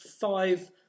five